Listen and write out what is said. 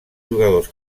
jugadors